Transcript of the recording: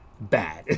bad